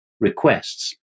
requests